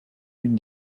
une